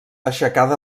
aixecada